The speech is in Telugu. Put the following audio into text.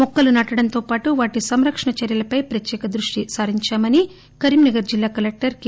మొక్కలు నాటడంతోపాటు వాటి సంరక్షన చర్యలపై ప్రత్యేక దృష్టి సారించామని కరీంనగర్ జిల్లా కలెక్టర్ కె